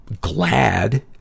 glad